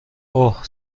اوه